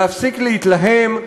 להפסיק להתלהם,